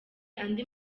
andi